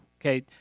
Okay